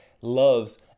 loves